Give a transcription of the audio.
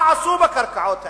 מה עשו בקרקעות האלה?